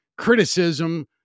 criticism